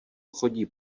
chodí